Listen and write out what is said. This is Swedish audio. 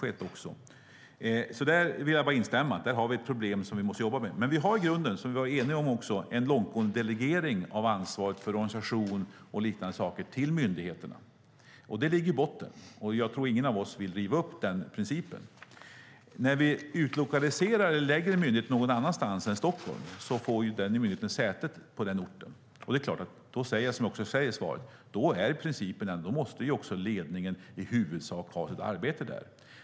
Jag instämmer i att det finns problem som vi måste jobba med. Vi är eniga om att det finns en långtgående delegering av ansvaret för organisation och liknande till myndigheterna. Det ligger i botten. Ingen av oss vill riva upp den principen. När vi utlokaliserar eller placerar en myndighet någon annanstans än Stockholm får den myndigheten sitt säte på den orten. Då måste också ledningen i huvudsak utföra sitt arbete där.